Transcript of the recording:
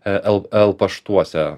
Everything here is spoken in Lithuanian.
el el paštuose